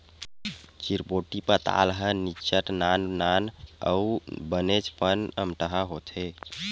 चिरपोटी पताल ह निच्चट नान नान अउ बनेचपन अम्मटहा होथे